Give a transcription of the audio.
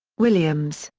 williams,